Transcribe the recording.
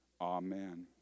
amen